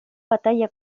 batalla